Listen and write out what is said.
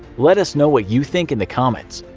let us know what you think in the comments.